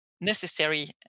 necessary